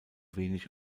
wenig